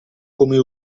come